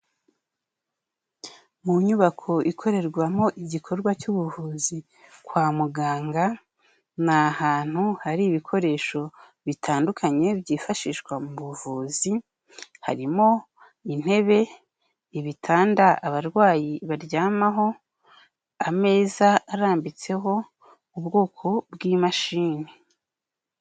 Mu nyubako ikorerwamo igikorwa cy'ubuvuzi kwa muganga, ni ahantu hari ibikoresho bitandukanye byifashishwa mu buvuzi, harimo intebe, ibitanda abarwayi baryamaho, ameza arambitseho ubwoko bw'imashini.